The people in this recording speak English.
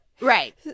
right